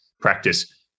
practice